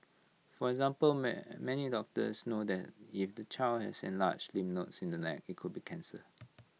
for example many doctors know that if the child has enlarged lymph nodes in the neck IT could be cancer